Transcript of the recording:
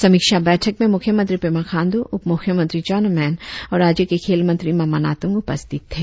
समीक्षा बैठक में मुख्यमंत्री पेमा खांडू उप मुख्यमंत्री चाऊना मेन और राज्य के खेल मंत्री मामा नातृंग उपस्थित थे